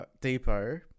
depot